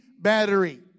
battery